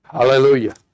¡Hallelujah